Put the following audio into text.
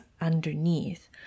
underneath